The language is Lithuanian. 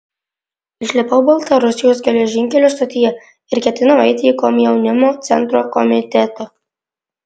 išlipau baltarusijos geležinkelio stotyje ir ketinau eiti į komjaunimo centro komitetą